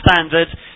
standard